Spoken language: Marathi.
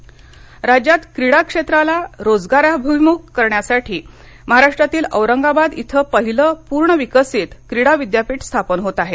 क्रीडा परस्कार राज्यात क्रीडा क्षेत्राला रोजगाराभिमुख बनविण्यासाठी महाराष्ट्रातील औरंगाबाद येथे पहिले पूर्ण विकसित क्रीडा विद्यापीठ स्थापन होत आहे